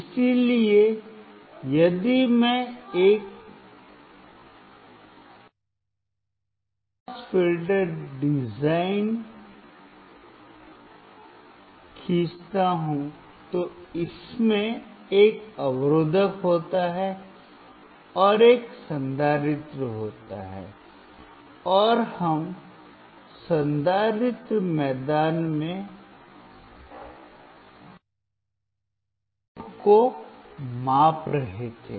इसलिए यदि मैं एक कम पास फिल्टर खींचता हूं तो इसमें एक अवरोधक होता है और एक संधारित्र होता था और हम संधारित्र मैदान में आउटपुट को माप रहे थे